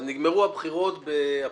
אבל נגמרו הבחירות באפריל.